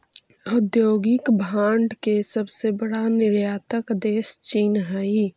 औद्योगिक भांड के सबसे बड़ा निर्यातक देश चीन हई